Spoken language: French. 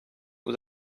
vos